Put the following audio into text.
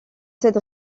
cette